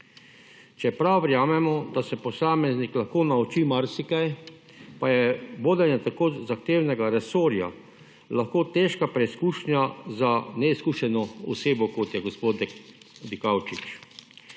Čeprav verjamemo, da se posameznik lahko nauči marsikaj pa je vodenje tako zahtevnega resorja lahko težka preizkušnja za neizkušeno osebo kot je gospod Dikaučič.